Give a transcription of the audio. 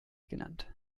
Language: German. genannt